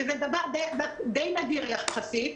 שזה דבר די נדיר יחסית.